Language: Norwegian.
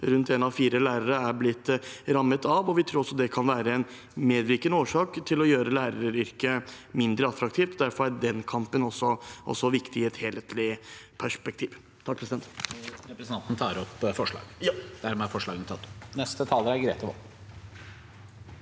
rundt én av fire lærere er blitt rammet av. Vi tror også det kan være en medvirkende årsak til at læreryrket blir mindre attraktivt. Derfor er den kampen også viktig i et helhetlig perspektiv. Jeg tar opp det